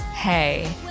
hey